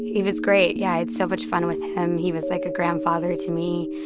he was great. yeah, i had so much fun with him. he was like a grandfather to me.